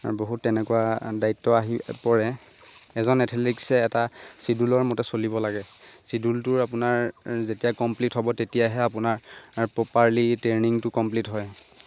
আৰু বহুত তেনেকুৱা দায়িত্ব আহি পৰে এজন এথেলিকসে এটা চিডুলৰ মতে চলিব লাগে চিডুলটোৰ আপোনাৰ যেতিয়া কমপ্লিট হ'ব তেতিয়াহে আপোনাৰ প্ৰপাৰলি ট্ৰেইনিংটো কমপ্লিট হয়